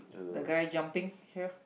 the guy jumping here